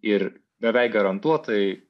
ir beveik garantuotai